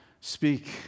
speak